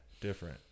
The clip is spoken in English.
Different